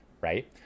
right